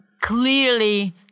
clearly